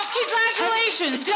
Congratulations